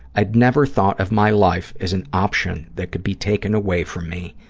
i'd never thought of my life as an option that could be taken away from me,